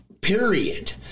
period